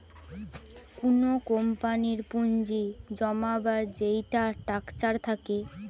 কুনো কোম্পানির পুঁজি জমাবার যেইটা স্ট্রাকচার থাকে